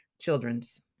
Children's